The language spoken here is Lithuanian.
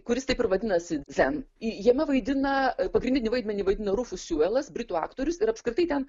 kuris taip ir vadinasi dzen jame vaidina pagrindinį vaidmenį vaidina rufu siuelas britų aktorius ir apskritai ten